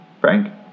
Frank